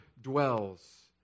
dwells